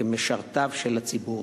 כמשרתיו של הציבור.